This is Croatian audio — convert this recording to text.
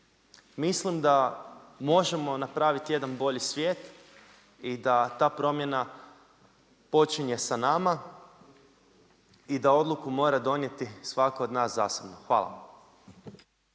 Mislim da možemo napraviti jedan bolji svijet i da ta promjena počinje sa nama i da odluku mora donijeti svatko od nas zasebno. Hvala.